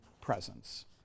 presence